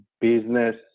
business